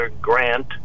grant